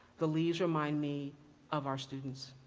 the leaves remind me of our students.